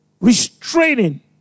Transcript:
restraining